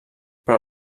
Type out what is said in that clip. però